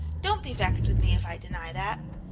don't be vexed with me if i deny that.